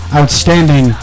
outstanding